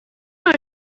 نوع